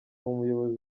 umuyobozi